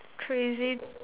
crazy